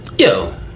Yo